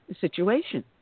situation